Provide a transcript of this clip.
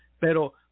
pero